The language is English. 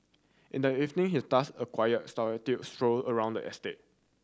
in the evening he task a quiet solitary stroll around the estate